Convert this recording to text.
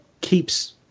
keeps